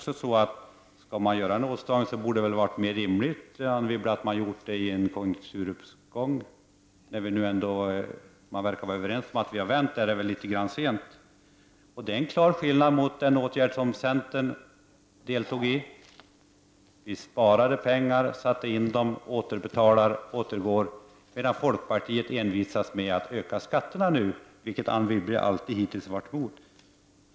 Skall man göra en åtstramning är det dessutom mera rimligt att göra den i en konjunkturuppgång. När vi nu verkar vara överens om att konjunkturen har vänt är det väl litet för sent. Det är en klar skillnad i förhållande till den åtgärd som centern deltog i. Vi drog in pengar, satte in dem och låter dem återgå, medan folkpartiet envisas med att nu öka skatterna, vilket Anne Wibble hittills alltid har varit emot.